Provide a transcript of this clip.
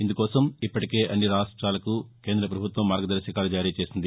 ఇందుకోసం ఇప్పటికే అన్ని రాష్ట్రాలకు కేంద్ర ప్రభుత్వం మార్గదర్భకాలు జారీ చేసింది